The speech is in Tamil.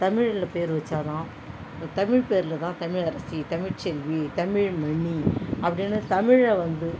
தமிழில் பேர் வைச்சாதான் தமிழ் பேரில்தான் தமிழரசி தமிழ்செல்வி தமிழ்மணி அப்படினு தமிழை வந்து